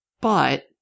But-